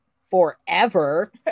forever